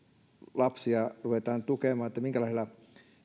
lapsia ruvetaan tukemaan minkälaisella